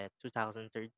2013